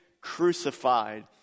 crucified